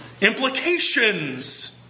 implications